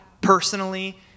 personally